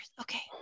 Okay